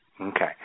Okay